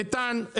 איתן,